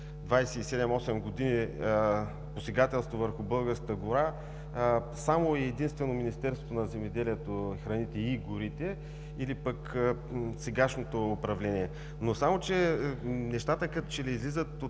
27-28 години посегателство върху българската гора само и единствено Министерството на земеделието, храните и горите или пък сегашното управление. Само че нещата, като че ли вече излизат от